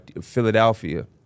Philadelphia